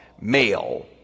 male